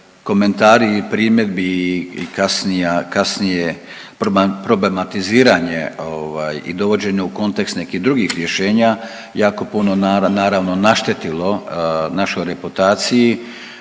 komentari i primjedbi i kasnija, kasnije problematiziranje ovaj i dovođenje u kontekst nekih drugih rješenja jako puno naravno naštetilo našoj reputaciji.